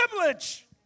privilege